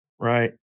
Right